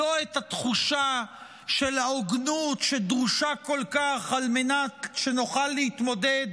לא את תחושת ההוגנות שדרושה כל כך על מנת שנוכל להתמודד